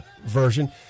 version